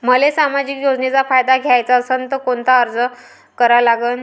मले सामाजिक योजनेचा फायदा घ्याचा असन त कोनता अर्ज करा लागन?